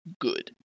good